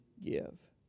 give